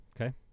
Okay